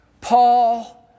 Paul